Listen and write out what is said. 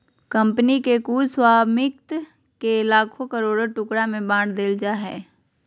company के कुल स्वामित्व के लाखों करोड़ों टुकड़ा में बाँट देल जाय हइ